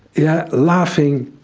yeah, laughing.